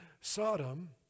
Sodom